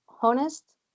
honest